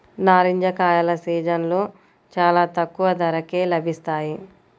నారింజ కాయల సీజన్లో చాలా తక్కువ ధరకే లభిస్తాయి